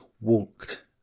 walked